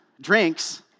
drinks